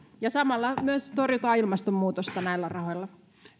ja samalla myös torjutaan ilmastonmuutosta näillä rahoilla